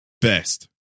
best